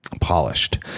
polished